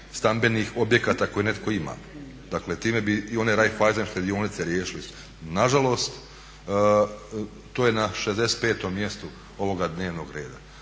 stambenih objekata koje netko ima. Dakle time bi i one Raiffeisen štedionice riješili. Nažalost to je na 65 mjestu ovoga dnevnoga reda.